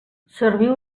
serviu